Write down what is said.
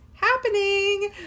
happening